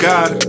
God